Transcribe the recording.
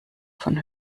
von